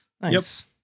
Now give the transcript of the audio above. nice